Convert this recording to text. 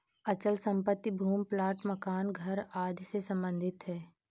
अचल संपत्ति भूमि प्लाट मकान घर आदि से सम्बंधित है